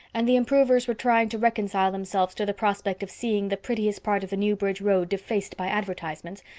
and the improvers were trying to reconcile themselves to the prospect of seeing the prettiest part of the newbridge road defaced by advertisements,